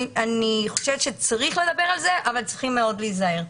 אני חושבת שצריך לדבר על זה אבל צריך מאוד להיזהר.